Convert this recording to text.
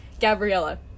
Gabriella